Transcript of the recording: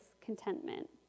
contentment